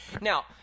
Now